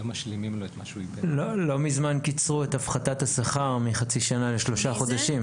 לא מזמן קיצרו את הפחתת השכר מחצי שנה לשלושה חודשים.